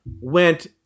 went